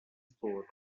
sport